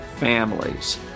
families